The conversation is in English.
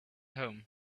home